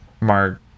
Mark